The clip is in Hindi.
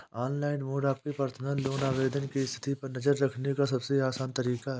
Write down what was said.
ऑनलाइन मोड आपके पर्सनल लोन आवेदन की स्थिति पर नज़र रखने का सबसे आसान तरीका है